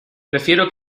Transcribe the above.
prefiero